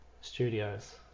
Studios